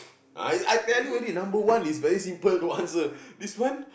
I I tell you already number one is very simple to answer this one